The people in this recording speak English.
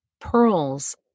pearls